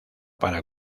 para